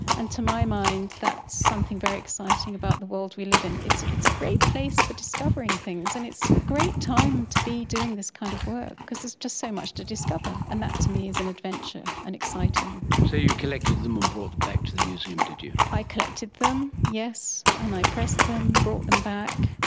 and to my mind that's something very exciting about the world we live in. it's it's a great place for discovering things and it's a great time to be doing this kind of work because there's just so much to discover, and that to me is an adventure and exciting. so you collected them and brought them back to the museum, did you? i collected them, yes, and i pressed them, brought them back,